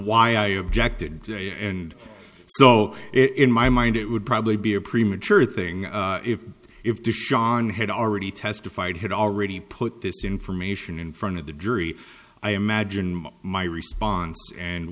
i objected to and so in my mind it would probably be a premature thing if if the sean had already testified had already put this information in front of the jury i imagine my response and